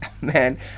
Man